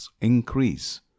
increase